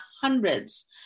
hundreds